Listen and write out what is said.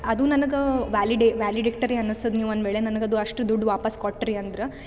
ಅದು ನನಗೆ ವ್ಯಾಲಿಡೆ ವ್ಯಾಲಿಡಿಕ್ಟರಿ ಅನಿಸ್ತದೆ ನೀವು ಒಂದುವೇಳೆ ನನಗೆ ಅದು ಅಷ್ಟು ದುಡ್ಡು ವಾಪಾಸ್ ಕೊಟ್ರಿ ಅಂದ್ರೆ